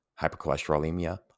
hypercholesterolemia